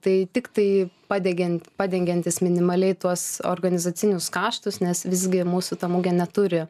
tai tiktai padegiant padengiantis minimaliai tuos organizacinius kaštus nes visgi mūsų ta mugė neturi